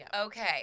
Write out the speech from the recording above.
Okay